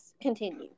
Continue